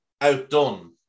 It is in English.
outdone